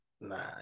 nah